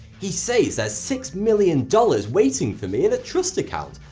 he says there's six million dollars waiting for me in a trust account,